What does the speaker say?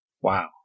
Wow